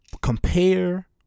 compare